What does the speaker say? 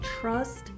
trust